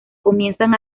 comienza